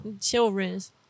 Children's